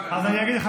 אז אני אגיד לך.